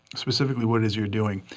specifically what it is your doing,